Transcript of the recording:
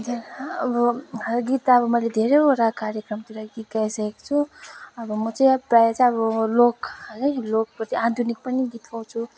हजुर अब गीत अब मैले धेरैवटा कार्यक्रमहरूतिर गीत गाइसकेको छु अब म चाहिँ प्राय चाहिँ लोक है लोक पछि आधुनिक पनि गीत गाउँछु